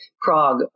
Prague